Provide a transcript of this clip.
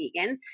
vegan